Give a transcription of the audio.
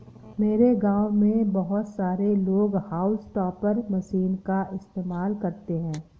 मेरे गांव में बहुत सारे लोग हाउस टॉपर मशीन का इस्तेमाल करते हैं